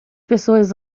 pessoas